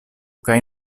kaj